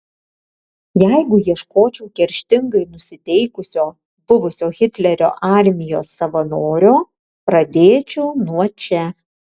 jeigu ieškočiau kerštingai nusiteikusio buvusio hitlerio armijos savanorio pradėčiau nuo čia